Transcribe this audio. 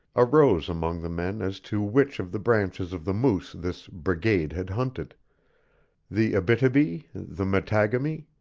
arose among the men as to which of the branches of the moose this brigade had hunted the abitibi, the mattagami,